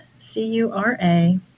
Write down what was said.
C-U-R-A